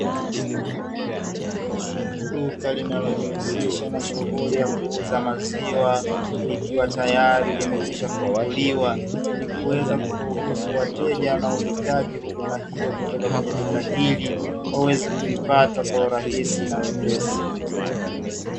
Duka linalojihusisha na shuguli ya kuuza maziwa likiwa tayari limekwisha funguliwa, ili kuweza kuruhusu wateja wanaohitaji huduma hiyo kutoka kwenye duka hili, waweze kuipata kwa urahisi na wepesi.